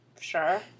Sure